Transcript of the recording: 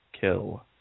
kill